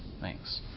Thanks